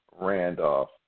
Randolph